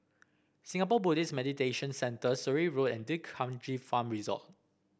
Singapore Buddhist Meditation Centre Surrey Road and D'Kranji Farm Resort